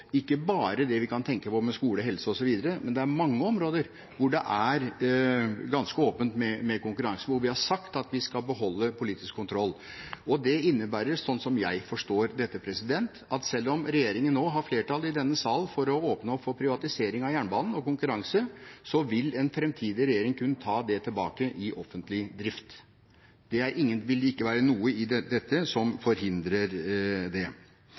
ikke bare det vi kan tenke på med skole, helse osv., men det er mange områder hvor det er ganske åpent med hensyn til konkurranse, hvor vi har sagt at vi skal beholde politisk kontroll. Det innebærer, sånn som jeg forstår dette, at selv om regjeringen nå har flertall i denne sal for å åpne opp for privatisering av jernbanen og konkurranse, vil en framtidig regjering kunne ta det tilbake i offentlig drift. Det vil ikke være noe i dette som forhindrer det.